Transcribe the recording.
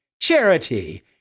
charity